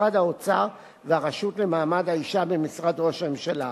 משרד האוצר והרשות לקידום מעמד האשה במשרד ראש הממשלה.